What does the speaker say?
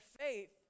faith